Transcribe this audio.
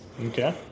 Okay